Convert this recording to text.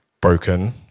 broken